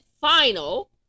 final